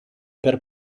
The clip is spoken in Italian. per